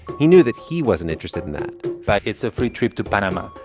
he knew that he wasn't interested in that but it's a free trip to panama.